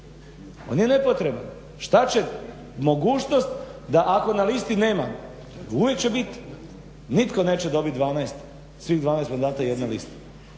On je nepotreban. Šta će mogućnost da ako na listi nema. Uvijek će bit. Nitko neće dobit 12, svih 12 mandata jedna lista.